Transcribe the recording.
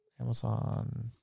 Amazon